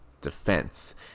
defense